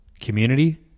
Community